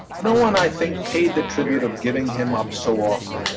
no one, i think, paid the tribute of giving him up so often,